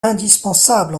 indispensable